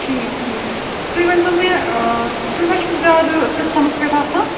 ٹھیٖک ٹھیٖک تُہۍ ؤنۍتَو مےٚ تُہۍ ما چھُو زیادٕ سِسٹَمَس پٮ۪ٹھ آسان